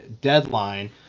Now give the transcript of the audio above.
deadline